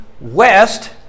West